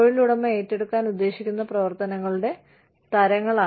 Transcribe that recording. തൊഴിലുടമ ഏറ്റെടുക്കാൻ ഉദ്ദേശിക്കുന്ന പ്രവർത്തനങ്ങളുടെ തരങ്ങൾ